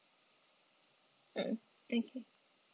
mm okay